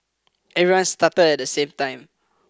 everyone started at the same time